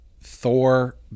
Thor